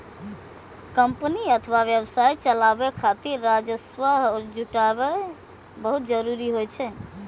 company अथवा व्यवसाय चलाबै खातिर राजस्व जुटायब बहुत जरूरी होइ छै